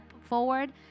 forward